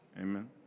Amen